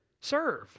serve